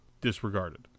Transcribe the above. disregarded